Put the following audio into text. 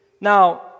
Now